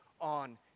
on